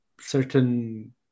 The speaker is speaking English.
certain